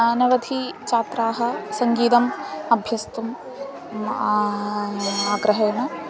अनवधि छात्राः सङ्गीतम् अभ्यस्तुम् आग्रहेण